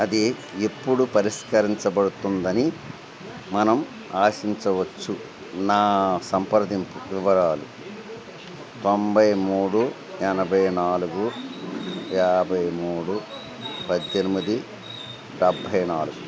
అది ఎప్పుడు పరిష్కరించబడుతుందని మనం ఆశించవచ్చు నా సంప్రదింపు వివరాలు తొంభై మూడు ఎనభై నాలుగు యాభై మూడు పద్దెనిమిది డెభ్బై నాలుగు